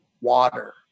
water